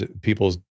people's